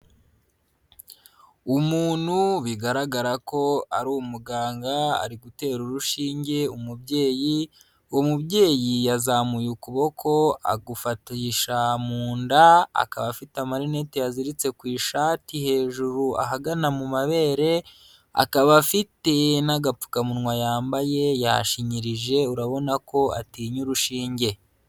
Umuntu bigaragara ko ari umuganga ari gutera urushinge umubyeyi, uwo mubyeyi yazamuye ukuboko agufasha mu nda, akaba afite amarinete yaziritse ku ishati hejuru ahagana mu mabere, akaba afite n'agapfukamunwa yambaye yashinyirije urabona ko atinya urushinge.